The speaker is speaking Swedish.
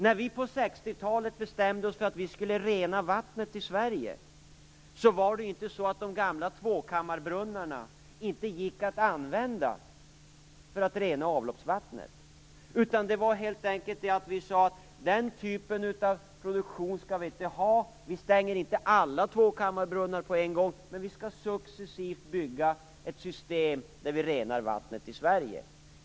När vi på 60-talet bestämde oss för att rena vattnet i Sverige, var det inte så att de gamla tvåkammarbrunnarna inte gick att använda för att rena avloppsvattnet. Vi sade att den typen av produktion skall vi inte ha. Vi stänger inte alla tvåkammarbrunnar på en gång, men vi skall successivt bygga ett system där vi renar vattnet i Sverige.